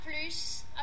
plus